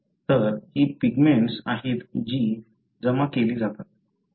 तर ही पिगमेंट्स आहेत जी जमा केली जातात